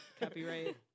copyright